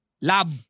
Lab